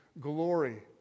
glory